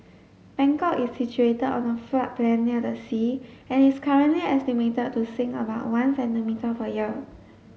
Bangkok is situated on a floodplain near the sea and is currently estimated to sink about one centimetre per year